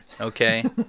okay